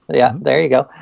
but yeah there you go.